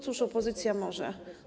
Cóż opozycja może?